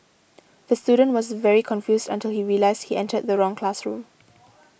the student was very confused until he realised he entered the wrong classroom